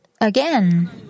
Again